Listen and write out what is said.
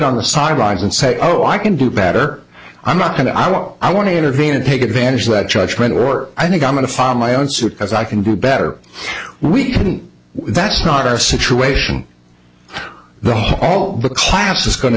on the sidelines and say oh i can do better i'm not going to imo i want to intervene and take advantage of that judgment work i think i'm going to find my own suit as i can do better we couldn't that's not our situation the hall but class is going to